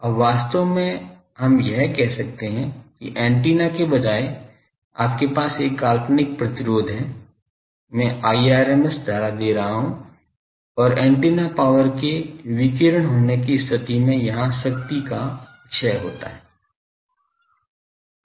अब वास्तव में हम यह कह सकते हैं कि एंटीना के बजाय आपके पास एक काल्पनिक प्रतिरोध है मैं Irms धारा दे रहा हूं और ऐन्टेना पावर के विकीर्ण होने की स्थिति में यहां शक्ति का क्षय होता है